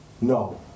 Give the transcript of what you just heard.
No